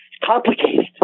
complicated